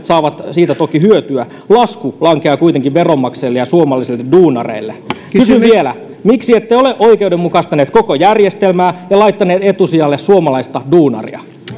saavat siitä toki hyötyä lasku lankeaa kuitenkin veronmaksajille ja suomalaisille duunareille kysyn vielä miksi ette ole oikeudenmukaistaneet koko järjestelmää ja laittaneet etusijalle suomalaista duunaria